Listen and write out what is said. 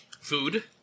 Food